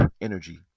energy